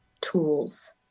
tools